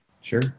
sure